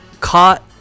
caught